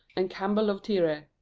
and campbell of tiree.